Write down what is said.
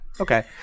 Okay